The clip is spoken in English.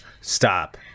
Stop